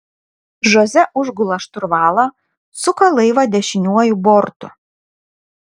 žoze užgula šturvalą suka laivą dešiniuoju bortu